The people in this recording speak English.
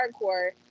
hardcore